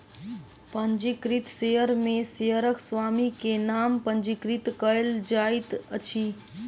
पंजीकृत शेयर में शेयरक स्वामी के नाम पंजीकृत कयल जाइत अछि